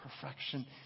perfection